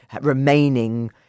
remaining